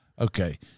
okay